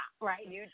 right